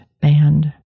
band